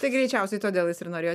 tai greičiausiai todėl jis ir norėjo